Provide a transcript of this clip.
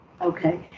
Okay